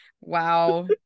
Wow